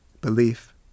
belief